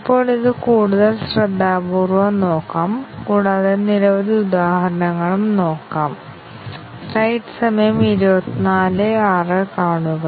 അടിസ്ഥാന അവസ്ഥ പരിശോധനയ്ക്കായി ഓരോ അവസ്ഥയും സത്യവും തെറ്റായ മൂല്യങ്ങളും എടുത്തിട്ടുണ്ടോ എന്ന് ഞങ്ങൾ പരിശോധിക്കുന്നു സാധ്യമായ എല്ലാ വ്യവസ്ഥകളും ഞങ്ങൾ എടുക്കുന്നില്ല